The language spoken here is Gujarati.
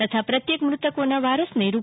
તથા પ્રત્યેક મૃતકોના વારસને રૂ